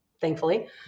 thankfully